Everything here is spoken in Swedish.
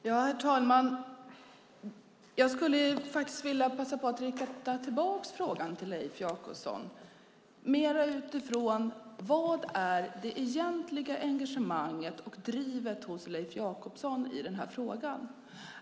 Herr talman! Jag skulle vilja rikta tillbaka frågan till Leif Jakobsson. Vad är det egentliga engagemanget och drivet hos Leif Jakobsson i den här frågan?